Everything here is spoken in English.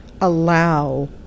allow